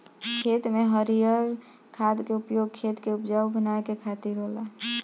खेत में हरिर खाद के उपयोग खेत के उपजाऊ बनावे के खातिर होला